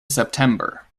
september